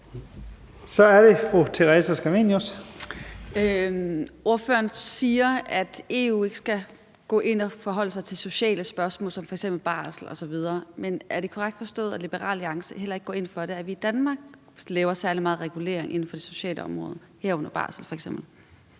Kl. 16:52 Theresa Scavenius (ALT): Ordføreren siger, at EU ikke skal gå ind og forholde sig til sociale spørgsmål som f.eks. barsel osv. Men er det korrekt forstået, at Liberal Alliance heller ikke går ind for, at vi i Danmark laver særlig meget regulering inden for det sociale område, herunder f.eks.